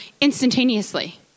instantaneously